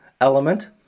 element